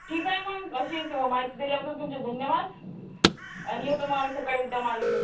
ठीक आहे मग अशीच माहिती दिल्याबद्दल तुमचे धन्यवाद आणि येतो मग आम्ही सकाळी उद्या माल घेऊन